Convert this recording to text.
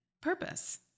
purpose